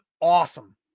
awesome